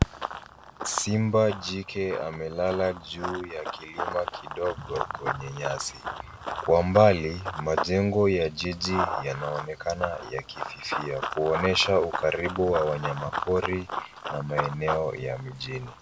Simba jike amelala juu ya kilima kidogo kwenye nyasi. Kwa mbali, majengo ya jiji yanaonekana yakififia kuonyesha ukaribu wa wanyama pori na maeneo ya mjini.